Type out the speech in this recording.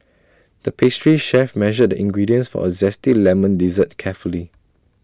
the pastry chef measured the ingredients for A Zesty Lemon Dessert carefully